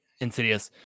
Insidious